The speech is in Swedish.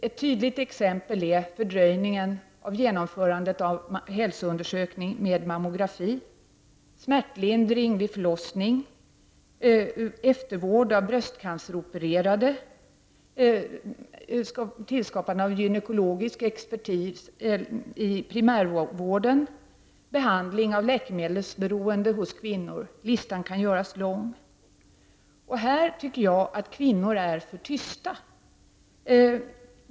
Några tydliga exempel är fördröjningen av genomförandet av hälsoundersökning med mammografi, smärtlindring vid förlossning, eftervård av bröstcanceropererade, tillskapande av gynekologisk expertis i primärvården och behandling av läkemedelsberoende hos kvinnor. Listan kan göras lång. Här tycker jag att kvinnor är för tysta.